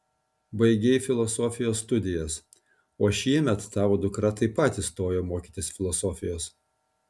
baigei filosofijos studijas o šiemet tavo dukra taip pat įstojo mokytis filosofijos